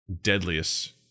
deadliest